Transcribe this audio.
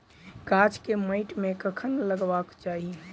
गाछ केँ माइट मे कखन लगबाक चाहि?